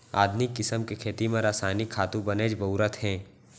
आधुनिक किसम के खेती म रसायनिक खातू बनेच बउरत हें